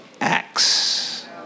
Acts